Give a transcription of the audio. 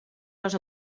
les